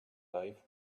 life